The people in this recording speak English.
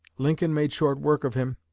lincoln made short work of him.